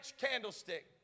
candlestick